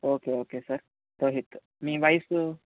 okay okay sir Rohit మీ వయసు